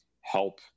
help